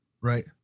Right